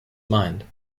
mind